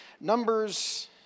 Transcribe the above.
Numbers